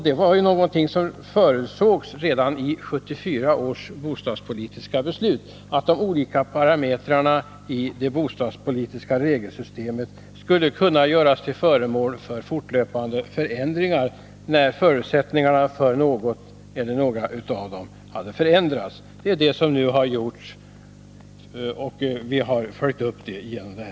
Redan i 1974 års bostadspolitiska beslut förutsågs att de olika parametrarna i det bostadspolitiska regelsystemet skulle kunna göras till föremål för fortlöpande förändringar, när förutsättningarna för någon eller några av dem hade förändrats. Det är det som nu har gjorts i propositionen, och vi har följt upp det i betänkandet.